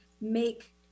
make